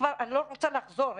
אני לא רוצה לחזור.